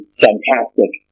fantastic